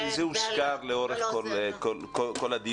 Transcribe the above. זה הוזכר לאורך כל הדיון.